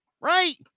right